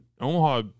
Omaha